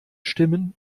stimmen